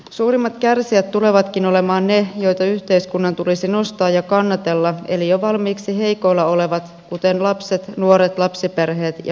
suurimmat kärsijät tulevatkin olemaan ne joita yhteiskunnan tulisi nostaa ja kannatella eli jo valmiiksi heikoilla olevat kuten lapset nuoret lapsiperheet ja vanhukset